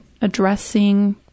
addressing